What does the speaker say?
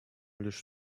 лишь